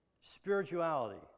spirituality